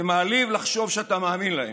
זה מעליב לחשוב שאתה מאמין להם.